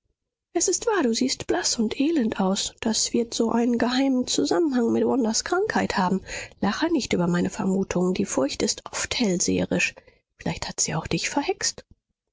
es ist wahr du siehst blaß und elend aus das wird so einen geheimen zusammenhang mit wandas krankheit haben lache nicht über meine vermutungen die furcht ist oft hellseherisch vielleicht hat sie auch dich verhext